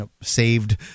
saved